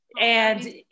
And-